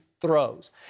throws